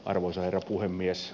arvoisa herra puhemies